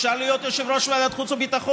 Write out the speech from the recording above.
אפשר להיות יושב-ראש ועדת החוץ והביטחון,